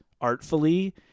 artfully